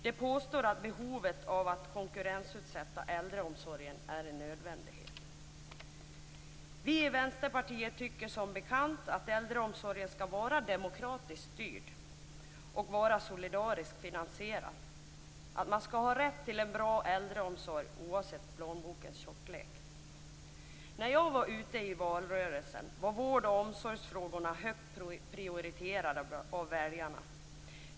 De påstår att det är en nödvändighet att konkurrensutsätta äldreomsorgen. Vi i Vänsterpartiet tycker som bekant att äldreomsorgen skall vara demokratiskt styrd och solidariskt finansierad. Man skall ha rätt till en bra äldreomsorg oavsett plånbokens tjocklek. När jag var ute i valrörelsen var vård och omsorgsfrågorna högt prioriterade av väljarna.